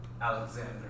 Alexander